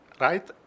right